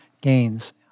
gains